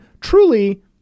truly